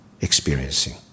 experiencing